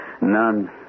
none